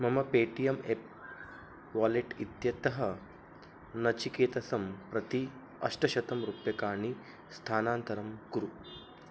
मम Paytm app wallet इत्यतः नचिकेतं प्रति अष्टशतं रूप्यकाणि स्थानान्तरं कुरु